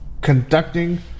conducting